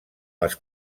les